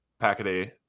Packaday